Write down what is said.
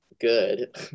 good